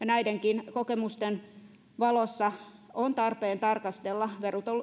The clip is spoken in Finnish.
näidenkin kokemusten valossa on tarpeen tarkastella